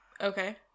Okay